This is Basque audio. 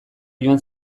joan